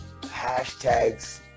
hashtags